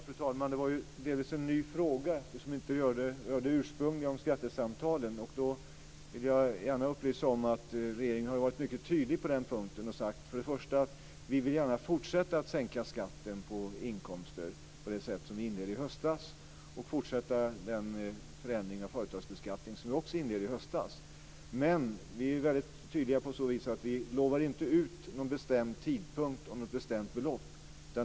Fru talman! Det var delvis en ny fråga, som inte rörde den ursprungliga om skattesamtalen. Jag vill gärna upplysa om att regeringen har varit mycket tydlig på den punkten och sagt att vi gärna vill fortsätta att sänka skatten på inkomster på det sätt som vi inledde i höstas och fortsätta den förändring av företagsbeskattningen som vi då också inledde. Vi vill dock vara väldigt tydliga på så vis att vi inte lovar ut någon bestämd tidpunkt och något bestämt belopp.